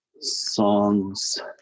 Songs